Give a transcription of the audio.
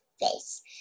face